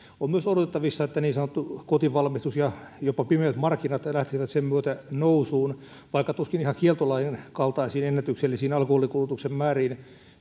on myös odotettavissa että niin sanottu kotivalmistus ja jopa pimeät markkinat lähtisivät sen myötä nousuun vaikka tuskin ihan kieltolain kaltaisiin ennätyksellisiin alkoholinkulutuksen määriin